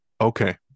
Okay